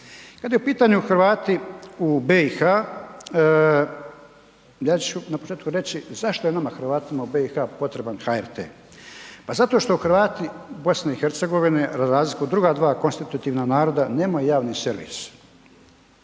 Kada su pitanju Hrvati u BiH ja ću na početku reći zašto je nama Hrvatima u BiH potreban HRT. Pa zato što Hrvati BiH za razliku od druga dva konstitutivna naroda nema javni servis.